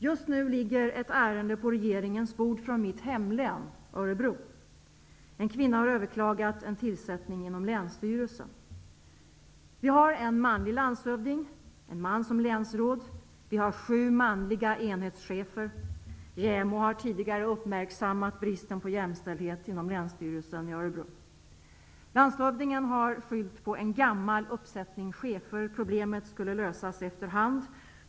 Just nu ligger ett ärende på regeringens bord från mitt hemlän, Örebro län. En kvinna har överklagat en tillsättning inom länsstyrelsen. Vi har en manlig landshövding, en man som länsråd och sju manliga enhetschefer. JämO har tidigare uppmärksammat bristen på jämställdhet inom länsstyrelsen i Örebro län. Landshövdingen har skyllt på en gammal uppsättning chefer. Problemet skulle lösas efter hand.